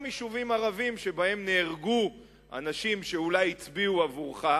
יישובים ערביים שבהם נהרגו אנשים שאולי הצביעו עבורך,